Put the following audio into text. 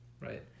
right